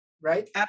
right